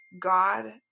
God